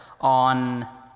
on